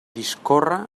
discórrer